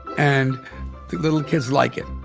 and the little kids like it.